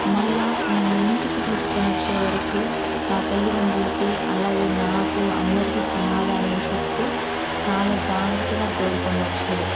మళ్ళీ నన్ను ఇంటికి తీసుకోని వచ్చేవరకు నా తల్లిదండ్రులకి అలాగే నాకు అందరికీ సమాధానం చెప్తూ చాలా జాగ్రత్తగా తోడుకోని వచ్చాడు